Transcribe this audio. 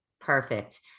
Perfect